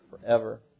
forever